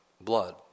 blood